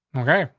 okay,